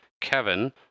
Kevin